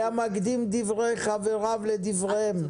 היה מקדים דברי חבריו לדבריהם,